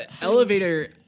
Elevator